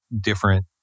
different